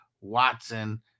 Watson